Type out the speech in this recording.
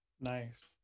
Nice